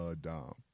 Dom